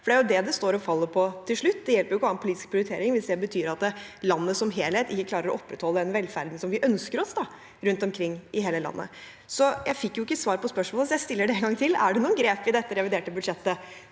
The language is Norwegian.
Det er det det står og faller på til slutt. Det hjelper ikke å ha en politisk prioritering hvis det betyr at landet som helhet ikke klarer å opprettholde den velferden vi ønsker oss rundt omkring i hele landet. Jeg fikk ikke svar på spørsmålet, så jeg stiller det én gang til: Er det noen grep i dette reviderte budsjettet